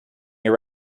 your